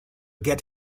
get